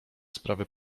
sprawy